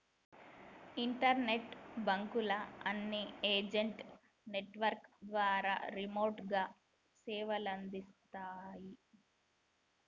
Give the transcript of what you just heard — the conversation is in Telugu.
ఇంటర్నెట్ బాంకుల అన్ని ఏజెంట్ నెట్వర్క్ ద్వారా రిమోట్ గా సేవలందిత్తాయి